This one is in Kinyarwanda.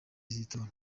z’itora